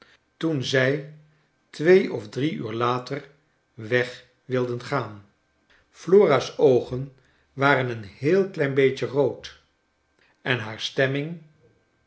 toen zij twee of drie uur later weg wilde gaan flora's oogen waren een heel klein beetje rood en haar stemming